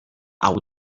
hau